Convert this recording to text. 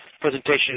presentation